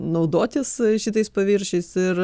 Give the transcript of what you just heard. naudotis šitais paviršiais ir